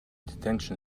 detention